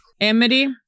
Amity